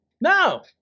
No